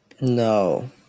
No